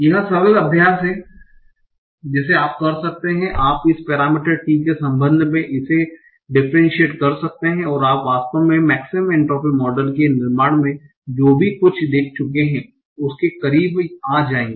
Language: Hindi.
यह सरल अभ्यास है जिसे आप कर सकते हैं आप इस पैरामीटर t के संबंध में इसे डिफरेनशिएट कर सकते हैं और आप वास्तव में मेक्सिमम एन्ट्रापी मॉडल के निर्माण में जो कुछ भी देख चुके हैं उसके करीब आ जाएंगे